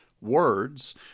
words